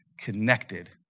connected